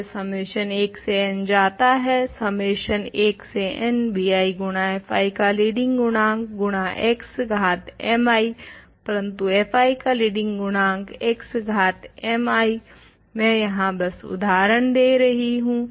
यह सम्मेशन 1 से n जाता है सम्मेशन 1 से n bi गुणा fi का लीडिंग गुणांक गुणा x घात mi परंतु fi का लीडिंग गुणांक गुणा x घात mi मैं यहाँ बस उदाहरण दे रही हूँ